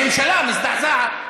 הממשלה מזדעזעת.